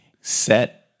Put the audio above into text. set